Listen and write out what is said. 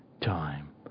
time